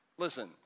Listen